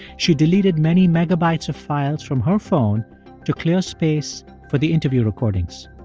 she deleted many megabytes of files from her phone to clear space for the interview recordings.